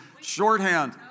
shorthand